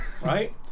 right